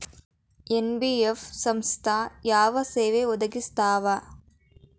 NBF ಸಂಸ್ಥಾ ಯಾವ ಸೇವಾ ಒದಗಿಸ್ತಾವ?